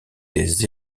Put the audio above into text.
des